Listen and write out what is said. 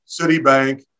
Citibank